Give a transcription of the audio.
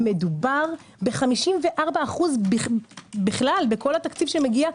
מדובר ב-54% בכלל התקציב שמגיע?